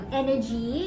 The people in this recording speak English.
energy